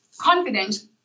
confident